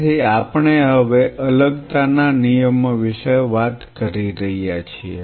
તેથી આપણે હવે અલગતાના નિયમો વિશે વાત કરી રહ્યા છીએ